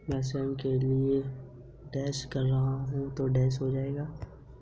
मैं स्वयं के लिए स्वास्थ्य बीमा पॉलिसी खरीदना चाहती हूं